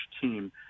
team